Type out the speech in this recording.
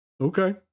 Okay